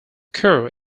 kerr